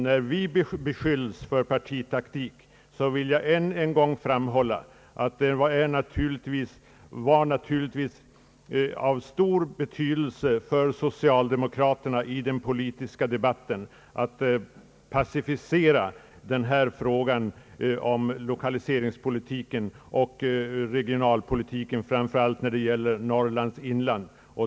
När vi beskylls för partitaktik vill jag än en gång framhålla att det naturligtvis var av stor betydelse för socialdemokraterna att i den politiska debatten pacificera frågan om lokaliseringspolitiken och regionalpolitiken, framför allt när det gäller Norrlands inland.